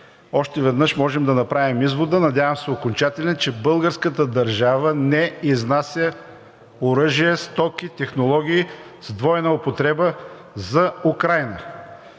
още веднъж можем да направим извода, надявам се окончателен, че българската държава не изнася оръжие, стоки, технологии с двойна употреба за Украйна.